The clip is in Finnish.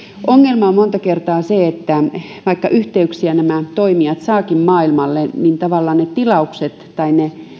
on monta kertaa se että vaikka nämä toimijat saavatkin yhteyksiä maailmalle niin ne tilaukset tai